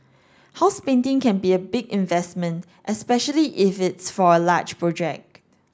house painting can be a big investment especially if it's for a large project